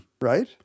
Right